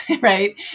right